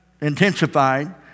intensified